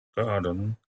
garden